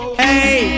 hey